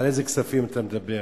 על איזה כספים אתה מדבר?